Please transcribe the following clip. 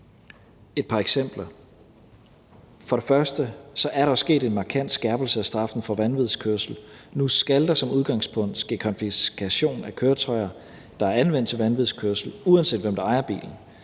et par eksempler: For det første er der sket en markant skærpelse af straffen for vanvidskørsel. Nu skal der som udgangspunkt ske konfiskation af køretøjer, der er anvendt til vanvidskørsel, uanset hvem der ejer bilen.